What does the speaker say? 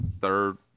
third